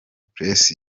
press